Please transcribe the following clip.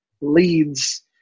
leads